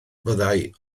fyddai